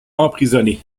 emprisonner